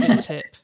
tip